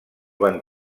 van